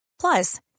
Plus